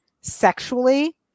sexually